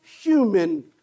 human